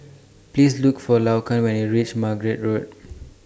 Please Look For Laquan when YOU REACH Margate Road